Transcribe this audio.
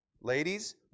Ladies